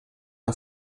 der